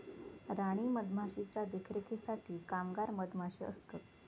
राणी मधमाशीच्या देखरेखीसाठी कामगार मधमाशे असतत